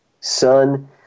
son